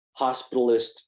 hospitalist